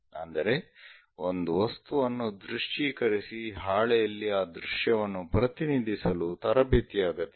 ಅಂದರೆ ಒಂದು ವಸ್ತುವನ್ನು ದೃಶ್ಯೀಕರಿಸಿ ಹಾಳೆಯಲ್ಲಿ ಆ ದೃಶ್ಯವನ್ನು ಪ್ರತಿನಿಧಿಸಲು ತರಬೇತಿಯ ಅಗತ್ಯವಿದೆ